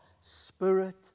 Spirit